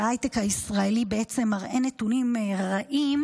שההייטק הישראלי בעצם מראה נתונים רעים,